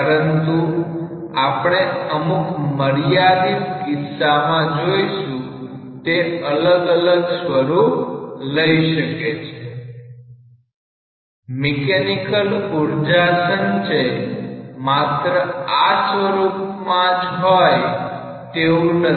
પરંતુ આપણે અમુક મર્યાદિત કિસ્સામાં જોઈશું તે અલગ અલગ સ્વરૂપ લઈ શકે છે મિકેનિકલ ઉર્જા સંચય માત્ર આ સ્વરૂપમાં જ હોય તેવું નથી